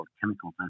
chemical